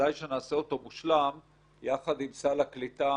כדאי שנעשה אותו מושלם יחד עם סל השיקום